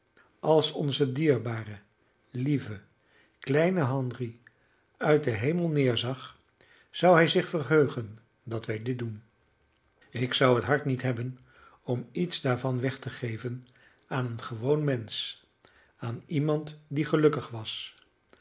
als onze dierbare lieve kleine henry uit den hemel neerzag zou hij zich verheugen dat wij dit doen ik zou het hart niet hebben om iets daarvan weg te geven aan een gewoon mensch aan iemand die gelukkig was